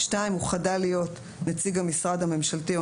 (2)הוא חדל להיות נציג המשרד הממשלתי או